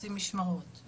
עושים משמרות.